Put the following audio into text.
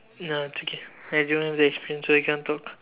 nah it's okay so you cannot talk